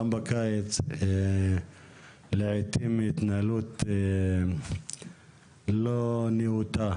לעתים התנהגות לא נאותה